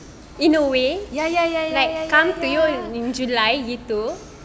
in a way like come to you in july begitu